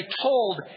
told